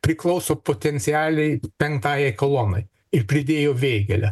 priklauso potencialiai penktajai kolonai ir pridėjo vėgėlę